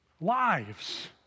lives